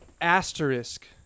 Asterisk